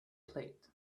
plate